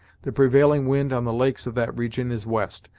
the prevailing wind on the lakes of that region is west,